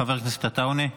חבר הכנסת עטאונה.